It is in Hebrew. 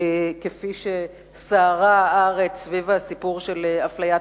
כפי שסערה הארץ סביב הסיפור של אפלייתן